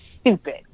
stupid